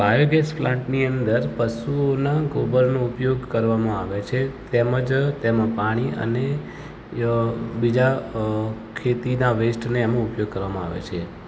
biogas પ્લાન્ટની અંદર પશુઓના ગોબરનો ઉપયોગ કરવામાં આવે છે તેમજ તેમાં પાણી અને બીજા અ ખેતીના વેસ્ટને એમાં ઉપયોગ કરવામાં આવે છે